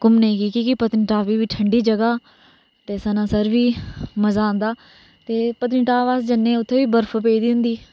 घूमने गी कि के पत्तनी बी ठंडी जगह ते सनासर बी मजा आंदा ते पतनीटाप अस जन्ने उत्थै बी बर्फ पेदी होंदी